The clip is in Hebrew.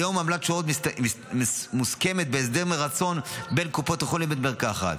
היום עמלת שורות מוסכמת בהסדר מרצון בין קופות החולים לבין בתי המרקחת.